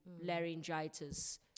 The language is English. laryngitis